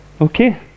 Okay